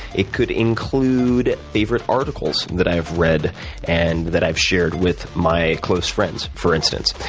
it could include favorite articles that i have read and that i've shared with my close friends for instance.